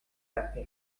hace